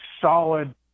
solid